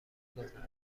گفتم